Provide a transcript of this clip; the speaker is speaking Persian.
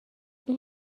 این